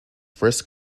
first